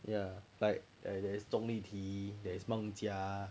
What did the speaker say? ya like there is 钟丽缇 there is 孟佳